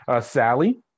Sally